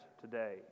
today